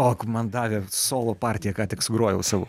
ok man davė solo partiją ką tik sugrojau savo